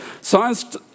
Science